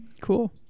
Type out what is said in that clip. Cool